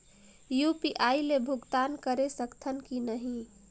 UPI ले भुगतान करे सकथन कि नहीं?